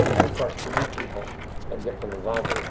and of course to meet people and get them involved